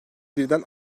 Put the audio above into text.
birden